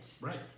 right